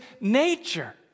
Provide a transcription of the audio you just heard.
nature